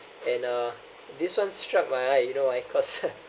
and uh this one struck by eye you know why cause